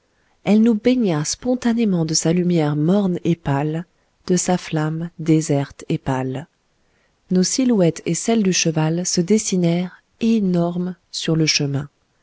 elle nous baigna spontanément de sa lumière morne et pâle de sa flamme déserte et pâle nos silhouettes et celle du cheval se dessinèrent énormes sur le chemin